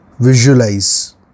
Visualize